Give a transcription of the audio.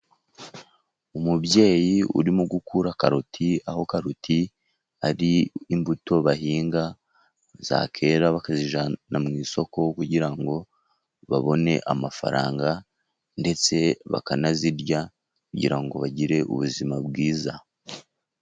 Umubyeyi urimo gukura karoti, aho karoti ari imbuto bahinga, zakwera bakajjyana mu isoko kugira ngo babone amafaranga, ndetse bakanazirya, kugira ngo bagire ubuzima bwiza.